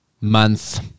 month